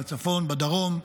בצפון ובדרום,